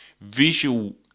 Visual